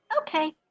Okay